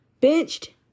benched